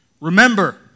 remember